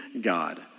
God